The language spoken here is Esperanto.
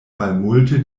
malmulte